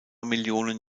millionen